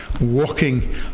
walking